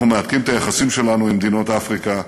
אנחנו מהדקים את היחסים שלנו עם מדינות אפריקה,